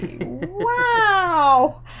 wow